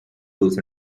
tools